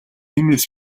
тиймээс